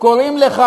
הוא עוד לא